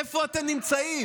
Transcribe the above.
איפה אתם נמצאים?